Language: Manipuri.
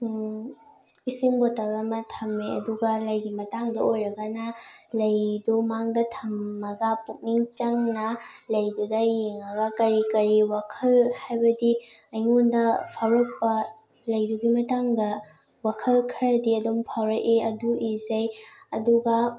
ꯏꯁꯤꯡ ꯕꯣꯇꯜ ꯑꯃ ꯊꯝꯃꯦ ꯑꯗꯨꯒ ꯂꯩꯒꯤ ꯃꯇꯥꯡꯗ ꯑꯣꯏꯔꯒꯅ ꯂꯩꯗꯣ ꯃꯥꯡꯗ ꯊꯝꯃꯒ ꯄꯨꯛꯅꯤꯡ ꯆꯪꯅ ꯂꯩꯗꯨꯗ ꯌꯦꯡꯉꯒ ꯀꯔꯤ ꯀꯔꯤ ꯋꯥꯈꯜ ꯍꯥꯏꯕꯗꯤ ꯑꯩꯉꯣꯟꯗ ꯐꯥꯎꯔꯛꯄ ꯂꯩꯗꯨꯒꯤ ꯃꯇꯥꯡꯗ ꯋꯥꯈꯜ ꯈꯔꯗꯤ ꯑꯗꯨꯝ ꯐꯥꯎꯔꯛꯏ ꯑꯗꯨ ꯏꯖꯩ ꯑꯗꯨꯒ